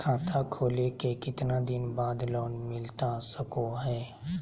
खाता खोले के कितना दिन बाद लोन मिलता सको है?